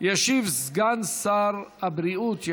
ישיב סגן שר הבריאות.